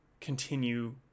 continue